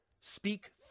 speak